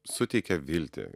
suteikia viltį